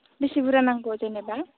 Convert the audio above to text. बिसि बुरजा नांगौ जेनेबा